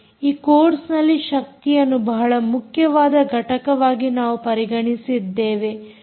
ಈ ಕೋರ್ಸ್ ನಲ್ಲಿ ಶಕ್ತಿಯನ್ನು ಬಹಳ ಮುಖ್ಯವಾದ ಘಟಕವಾಗಿ ನಾವು ಪರಿಗಣಿಸಿದ್ದೇವೆ